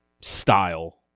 style